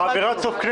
אווירת סוף כנסת.